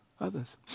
others